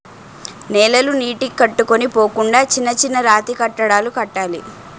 నేలలు నీటికి కొట్టుకొని పోకుండా చిన్న చిన్న రాతికట్టడాలు కట్టాలి